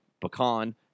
pecan